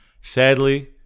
Sadly